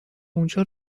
اونجا